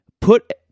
put